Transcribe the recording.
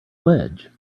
ledge